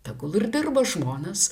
tegul ir dirba žmonės